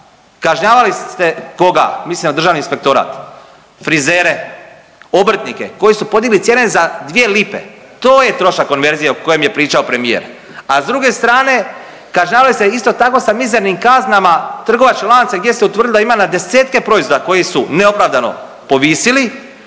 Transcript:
kažnjavali ste koga, mislim na Državni inspektorat, frizere, obrtnike koji su podigli cijene za 2 lipe, to je trošak konverzije o kojem je pričao premijer, a s druge strane kažnjavali ste isto tako sa mizernim kaznama trgovačke lance gdje ste utvrdili da ima na desetke proizvoda koji su neopravdano povisili,